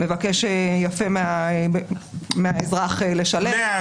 מבקש יפה מהאזרח לשלם.